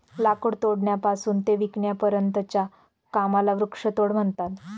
लाकूड तोडण्यापासून ते विकण्यापर्यंतच्या कामाला वृक्षतोड म्हणतात